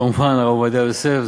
כמובן הרב עובדיה יוסף,